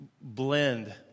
blend